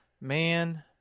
Man